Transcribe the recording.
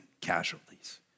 casualties